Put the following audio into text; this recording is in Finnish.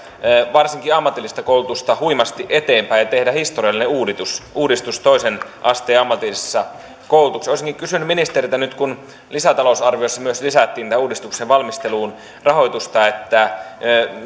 varsinkin ammatillista koulutusta huimasti eteenpäin ja tehdä historiallinen uudistus uudistus toisen asteen ammatillisessa koulutuksessa olisinkin kysynyt ministeriltä nyt kun lisätalousarviossa myös lisättiin uudistuksen valmisteluun rahoitusta